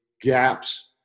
gaps